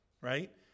right